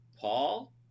Paul